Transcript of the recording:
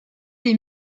des